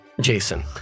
jason